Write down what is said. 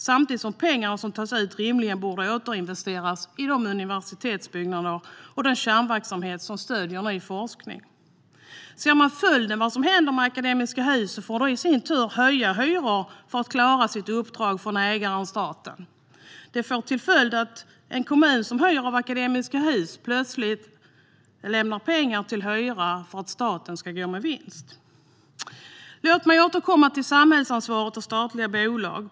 Samtidigt borde de pengar som tas ut rimligen återinvesteras i universitetsbyggnader och i den kärnverksamhet som stöder ny forskning. Följden av vad som händer med Akademiska Hus är att de i sin tur får höja hyror för att klara sitt uppdrag från ägaren staten. Det leder till att en kommun som hyr av Akademiska Hus plötsligt lämnar pengar till hyra för att staten ska gå med vinst. Låt mig återkomma till samhällsansvaret och statliga bolag.